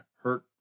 Hurt